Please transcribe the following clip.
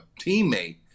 teammate